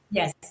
yes